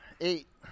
eight